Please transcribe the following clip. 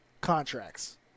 contracts